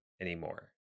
anymore